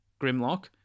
Grimlock